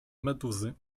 meduzy